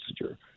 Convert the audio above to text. Messenger